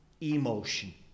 emotion